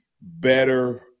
better